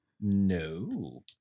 No